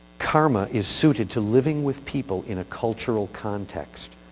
karma is suited to living with people in a cultural context.